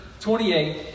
28